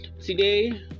today